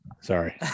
Sorry